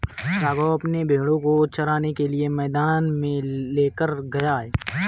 राघव अपने भेड़ों को चराने के लिए मैदान में लेकर गया है